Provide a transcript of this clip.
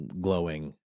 glowing